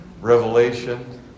Revelation